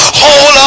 hold